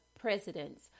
presidents